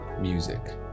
music